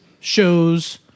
shows